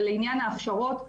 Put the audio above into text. ולעניין ההכשרות,